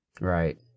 right